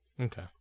Okay